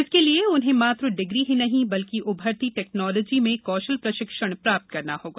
इसके लिए उन्हें मात्र डिग्री ही नहीं बल्कि उभरती टेक्नोलॉजी में कौशल प्रशिक्षण प्राप्त करना होगा